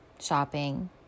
shopping